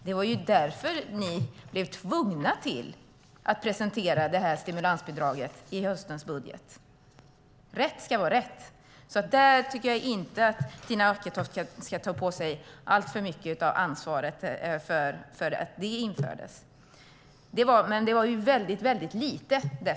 Det var därför ni blev tvungna att presentera stimulansbidraget i höstens budget. Rätt ska vara rätt. Tina Acketoft ska inte ta åt sig äran för att det infördes. Bidraget var dessutom väldigt litet.